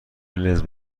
لنز